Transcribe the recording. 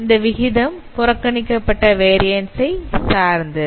இந்த விகிதம் புறக்கணிக்கப்பட்ட variance ஐ சார்ந்தது